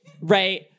right